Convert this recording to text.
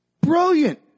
brilliant